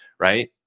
right